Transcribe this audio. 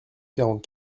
quarante